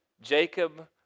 Jacob